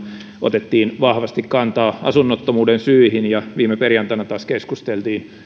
otettiin vahvasti kantaa asunnottomuuden syihin ja viime perjantaina taas keskusteltiin